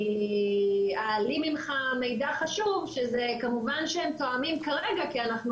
אני אעלים ממך מידע חשוב שהוא כמובן שהם תואמים כרגע כי אנחנו